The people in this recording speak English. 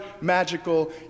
magical